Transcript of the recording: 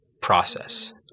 process